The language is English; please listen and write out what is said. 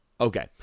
okay